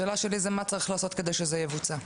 השאלה שלי היא מה צריך לעשות, כדי שזה יבוצע.